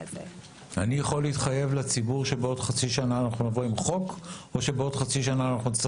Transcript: אני יכול להתחייב לציבור שבעוד חצי שנה אנחנו נבוא עם